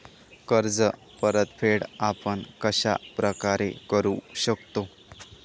कर्ज परतफेड आपण कश्या प्रकारे करु शकतो?